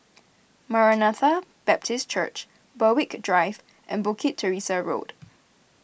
Maranatha Baptist Church Berwick Drive and Bukit Teresa Road